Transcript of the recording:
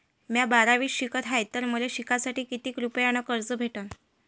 म्या बारावीत शिकत हाय तर मले शिकासाठी किती रुपयान कर्ज भेटन?